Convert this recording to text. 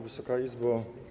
Wysoka Izbo!